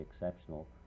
exceptional